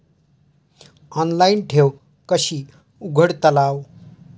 Online ठेव कशी उघडतलाव?